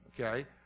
okay